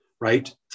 right